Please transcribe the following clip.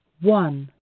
one